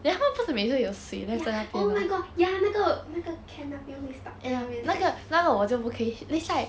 ya oh my god ya 那个那个 can 那边会 stuck